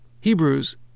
Hebrews